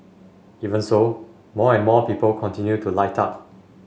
even so more and more people continue to light up